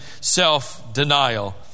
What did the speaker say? self-denial